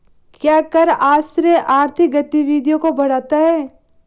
क्या कर आश्रय आर्थिक गतिविधियों को बढ़ाता है?